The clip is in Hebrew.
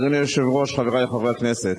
אדוני היושב-ראש, חברי חברי הכנסת,